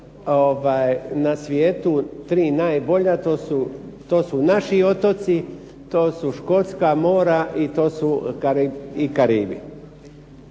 na svijetu tri najbolja. To su naši otoci, to su škotska mora i to su Karibi.